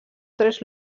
tres